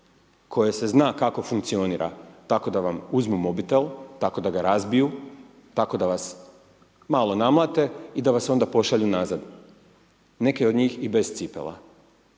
koje se zna kako funkcionira, tako da vam uzmu mobitel, tako da ga razbiju, tako da vas malo namlate i da vas onda pošalju nazad. Neke od njih i bez cipela.